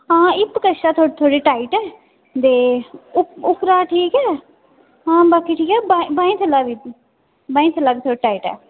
हां इक कशा थोह्ड़ी थोह्ड़ी टाइट ऐ ते उप उप्परा ठीक ऐ हां बाकी ठीक ऐ ब बाहीं थल्ला बी बाहीं थल्ला बी थोह्ड़ी टाइट ऐ